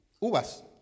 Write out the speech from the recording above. uvas